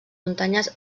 muntanyes